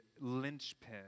linchpin